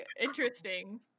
interesting